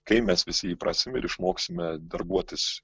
kai mes visi įprasim ir išmoksime darbuotis